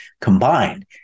combined